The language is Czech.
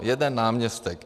Jeden náměstek.